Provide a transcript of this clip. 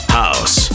house